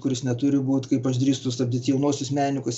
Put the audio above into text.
kuris neturi būt kaip aš drįstu stabdyt jaunuosius menininkus